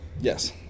Yes